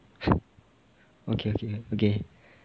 okay okay okay